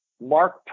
Mark